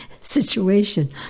situation